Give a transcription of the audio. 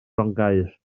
grongaer